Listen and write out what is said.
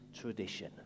tradition